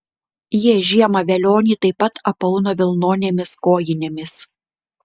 jie žiemą velionį taip pat apauna vilnonėmis kojinėmis